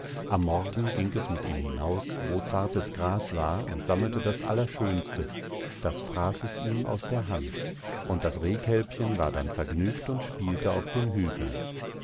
am morgen ging es mit ihm hinaus wo zartes gras war und sammelte das allerschönste das fraß es ihm aus der hand und das rehkälbchen war dann vergnügt und spielte auf den hügeln